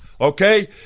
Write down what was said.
Okay